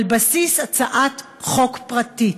על בסיס הצעת חוק פרטית.